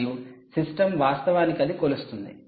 మరియు సిస్టమ్ వాస్తవానికి అది కొలుస్తుంది